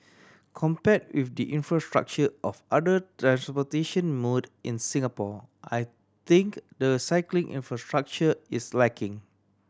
compared with the infrastructure of other transportation mode in Singapore I think the cycling infrastructure is lacking